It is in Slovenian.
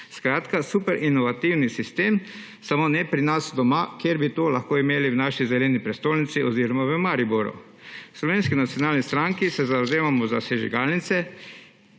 Skratka, super inovativen sistem, samo ne pri nas doma, kjer bi to lahko imeli v naši zeleni prestolnici oziroma v Mariboru. V Slovenski nacionalni stranki se zavzemamo za sežigalnice